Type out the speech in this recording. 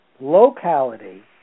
Locality